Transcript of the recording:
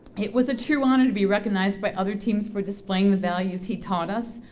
it was a true honor to be recognized by other teams for displaying the values he taught us.